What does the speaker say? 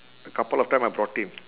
a couple of time I brought him